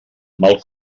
mal